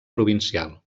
provincial